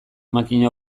makina